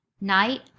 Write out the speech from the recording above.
Night